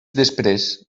després